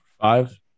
Five